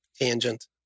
tangent